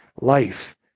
life